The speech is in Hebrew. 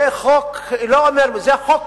זה חוק בין-לאומי.